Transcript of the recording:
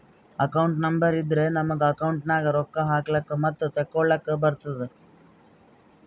account number ಇದ್ದುರೆ ನಮುಗ account ನಾಗ್ ರೊಕ್ಕಾ ಹಾಕ್ಲಕ್ ಮತ್ತ ತೆಕ್ಕೊಳಕ್ಕ್ ಬರ್ತುದ್